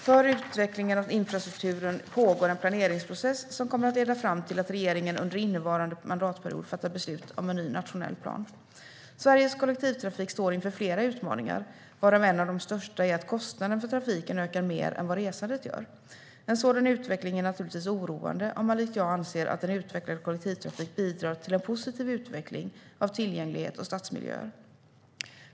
För utvecklingen av infrastrukturen pågår en planeringsprocess som kommer att leda fram till att regeringen under innevarande mandatperiod fattar beslut om en ny nationell plan. Sveriges kollektivtrafik står inför flera utmaningar, varav en av de största är att kostnaden för trafiken ökar mer än vad resandet gör. En sådan utveckling är naturligtvis oroande om man likt mig anser att en utvecklad kollektivtrafik bidrar till en positiv utveckling av tillgänglighet och stadsmiljöer.